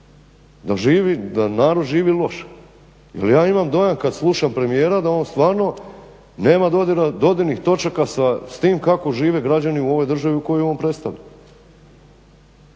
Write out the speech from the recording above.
Da narod živi loše. Jer ja imam dojam kad slušam premijera da on stvarno nema dodirnih točaka s tim kako žive građani u ovoj državi u kojoj on predstavlja.